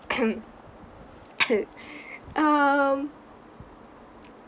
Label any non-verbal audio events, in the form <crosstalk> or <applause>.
<coughs> <coughs> um